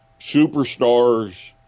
superstars